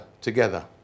together